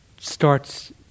starts